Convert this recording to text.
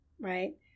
right